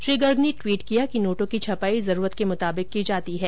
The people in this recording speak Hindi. श्री गर्ग ने ट्वीट किया कि नोटों की छपाई जरूरत के मुताबिक की जाती है